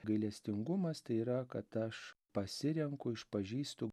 gailestingumas tai yra kad aš pasirenku išpažįstu